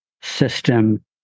system